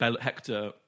Hector